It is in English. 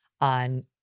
on